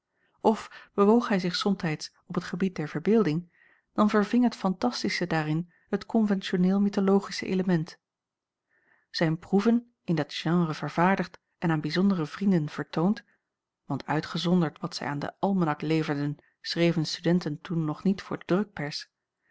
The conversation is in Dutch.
of bewoog hij zich somtijds op het gebied der verbeelding dan verving het fantastische daarin het konventioneel mythologische element zijn proeven in dat genre vervaardigd en aan bijzondere vrienden vertoond want uitgezonderd wat zij aan den almanak leverden schreven studenten toen nog niet voor de drukpers